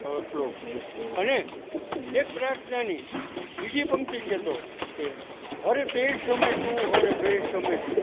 શ્લોક છે અને એક પ્રાર્થનાની બીજી પંક્તિ કેતો કે હર દેશમે તું હર ભેશ મેં તું